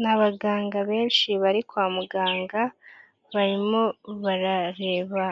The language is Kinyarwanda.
Ni abaganga benshi bari kwa muganga, barimo barareba